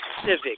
civic